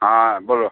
হ্যাঁ বলো